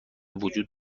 وجود